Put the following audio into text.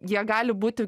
jie gali būti